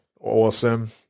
awesome